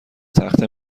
تخته